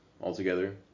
altogether